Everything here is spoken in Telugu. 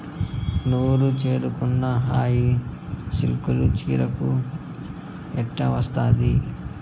నూరు చీరకున్న హాయి సిల్కు చీరకు ఎట్టా వస్తాది